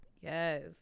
yes